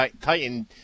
Titan